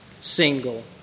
single